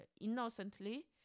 innocently